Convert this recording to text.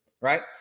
right